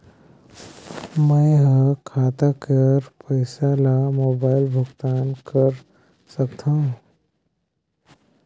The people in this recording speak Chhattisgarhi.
मैं ह खाता कर पईसा ला मोबाइल भुगतान कर सकथव?